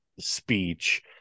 speech